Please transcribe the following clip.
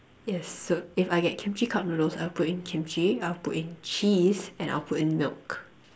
yes so if I get kimchi cup noodles I'll put in kimchi I'll would put in cheese and I'll put in milk